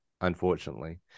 unfortunately